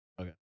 Okay